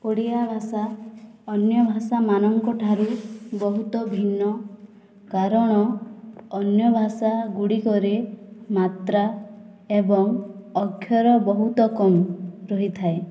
ଓଡ଼ିଆ ଭାଷା ଅନ୍ୟ ଭାଷା ମାନଙ୍କଠାରୁ ବହୁତ ଭିନ୍ନ କାରଣ ଅନ୍ୟ ଭାଷା ଗୁଡ଼ିକରେ ମାତ୍ରା ଏବଂ ଅକ୍ଷର ବହୁତ କମ ରହିଥାଏ